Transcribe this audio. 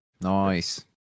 nice